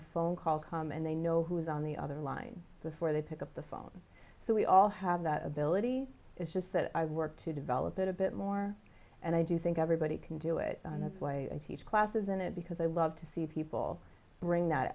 a phone call come and they know who is on the other line before they pick up the phone so we all have that ability it's just that i work to develop it a bit more and i do think everybody can do it in this way and teach classes in it because i love to see people bring that